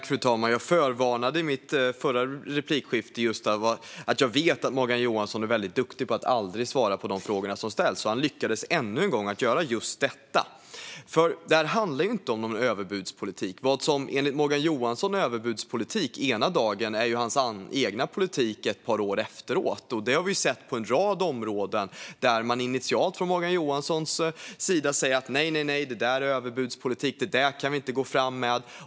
Fru talman! Jag förvarnade i min förra replik om att jag vet att Morgan Johansson är väldigt duktig på att aldrig svara på de frågor som ställs, och han lyckades ännu en gång att göra just detta. Det handlar inte om någon överbudspolitik. Vad som enligt Morgan Johansson är överbudspolitik är hans egen politik ett par år senare. Detta har vi sett på en rad områden, där Morgan Johansson initialt har sagt att det är överbudspolitik och inget som man kan gå fram med.